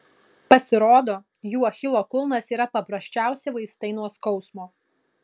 pasirodo jų achilo kulnas yra paprasčiausi vaistai nuo skausmo